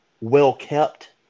well-kept